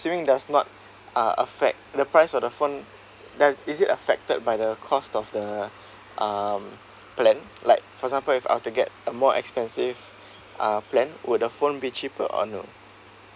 assuming does not uh affect the price for the phone does is it ffected by the cost of the um plan like for example if I were to get a more expensive uh plan would the phone be cheaper or no